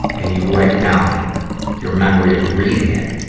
and you write down your memory of reading it.